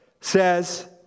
says